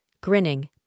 grinning